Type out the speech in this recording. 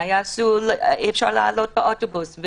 אי אפשר לעלות באוטובוס,